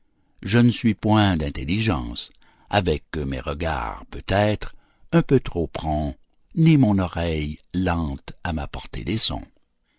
je ne suis point d'intelligence avecque mes regards peut-être un peu trop prompts ni mon oreille lente à m'apporter les sons